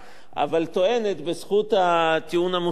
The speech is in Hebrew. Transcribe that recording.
וטוענת בזכות הטיעון המוסרי,